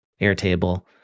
Airtable